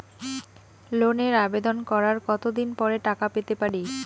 লোনের আবেদন করার কত দিন পরে টাকা পেতে পারি?